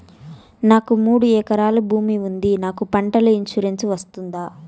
నాకు మూడు ఎకరాలు భూమి ఉంది నాకు పంటల ఇన్సూరెన్సు వస్తుందా?